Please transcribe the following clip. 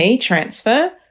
transfer